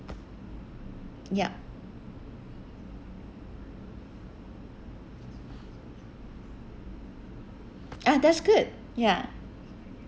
yup ah that's good ya